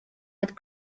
had